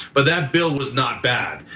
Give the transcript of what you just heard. but that bill was not bad.